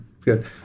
Good